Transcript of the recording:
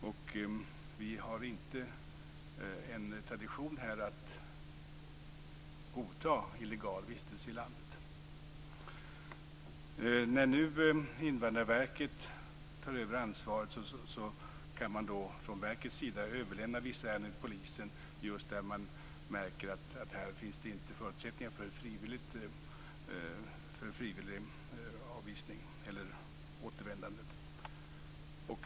Det är inte vår tradition att godta illegal vistelse i landet. När nu Invandrarverket övertar ansvaret kan man från verkets sida överlämna vissa ärenden till polisen. Det kan man göra när man märker att det inte finns förutsättningar för frivillig avvisning eller återvändande.